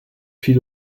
puis